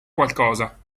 qualcosa